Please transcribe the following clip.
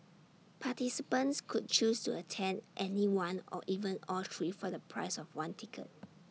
participants could choose to attend any one or even all three for the price of one ticket